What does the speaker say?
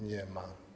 Nie ma.